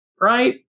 right